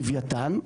בלווייתן,